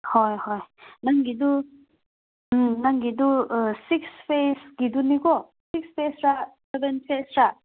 ꯍꯣꯏ ꯍꯣꯏ ꯅꯪꯒꯤꯗꯨ ꯎꯝ ꯅꯪꯒꯤꯗꯨ ꯁꯤꯛꯁ ꯐꯦꯁꯀꯤꯗꯨꯅꯤꯀꯣ ꯁꯤꯛꯁ ꯐꯦꯁꯔꯥ ꯁꯕꯦꯟ ꯐꯦꯁꯔꯥ